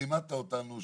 ולימדת אותנו,